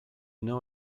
know